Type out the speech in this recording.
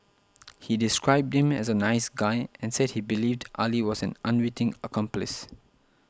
he described him as a nice guy and said he believed Ali was an unwitting accomplice